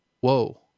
Whoa